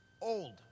old